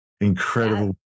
incredible